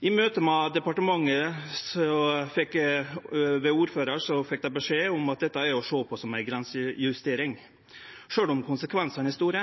I møte med departementet fekk dei, ved ordføraren, beskjed om at dette er å sjå på som ei grensejustering, sjølv om konsekvensane er store.